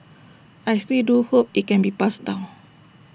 I still do hope IT can be passed down